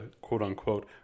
quote-unquote